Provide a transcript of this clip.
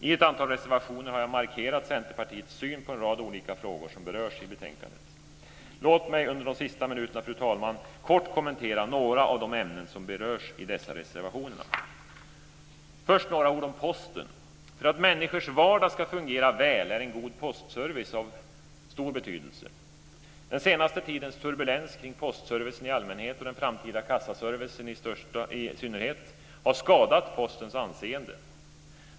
I ett antal reservationer har jag markerat Centerpartiets syn på en rad olika frågor som berörs i betänkandet. Låt mig under de sista minuterna, fru talman, kort kommentera några av de ämnen som berörs i dessa reservationer. Först vill jag säga några ord om Posten. För att människors vardag ska fungera väl är en god postservice av stor betydelse. Den senaste tidens turbulens kring postservicen i allmänhet och den framtida kassaservicen i synnerhet har skadat Postens anseende.